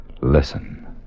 Listen